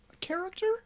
character